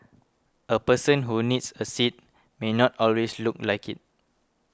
a person who needs a seat may not always look like it